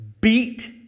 beat